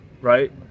right